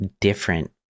different